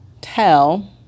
tell